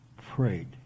prayed